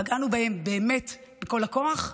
פגענו בהם באמת בכל הכוח,